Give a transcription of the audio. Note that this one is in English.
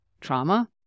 trauma